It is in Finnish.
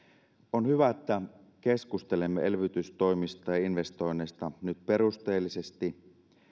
on hyvä että keskustelemme elvytystoimista ja investoinneista nyt perusteellisesti